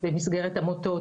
במסגרת עמותות,